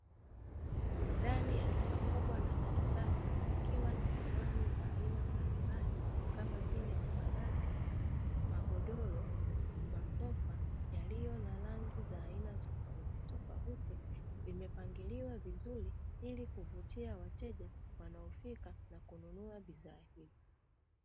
Ndani ya duka kubwa na la kisasa likiwa na samani za aina mbalimbali kama vile makabati, magodoro, masofa yaliyo na rangi za aina tofauti tofauti. Vimepangiliwa vizuri ili kuvutia wateja wanaofika na kununua bidhaa.